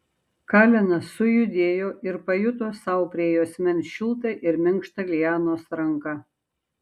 kalenas sujudėjo ir pajuto sau prie juosmens šiltą ir minkštą lianos ranką